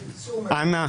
אנא,